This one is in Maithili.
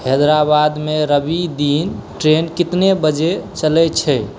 हैदराबादमे रवि दिन ट्रेन कितने बजे चलै छै